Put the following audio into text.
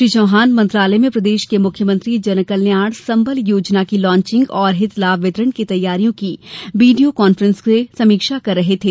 श्री चौहान मंत्रालय में प्रदेश में मुख्यमंत्री जन कल्याण संबल योजना की लांचिंग और हित लाभ वितरण की तैयारियों की वीडियो कांफ्रेंस से समीक्षा कर रहे थे